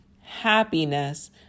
happiness